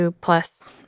plus